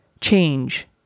change